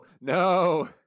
no